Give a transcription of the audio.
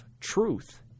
truth